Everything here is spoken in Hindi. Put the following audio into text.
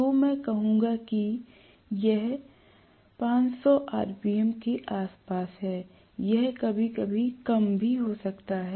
तो मैं कहूँगा कि यह 500 rpm के आसपास है यह कभी कभी कम भी हो सकता है